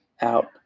out